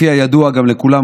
כפי שידוע גם לכולם,